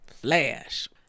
Flash